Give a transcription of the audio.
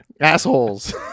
assholes